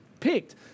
picked